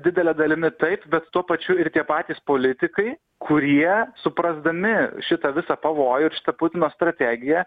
didele dalimi taip bet tuo pačiu ir tie patys politikai kurie suprasdami šitą visą pavojų ir šitą putino strategiją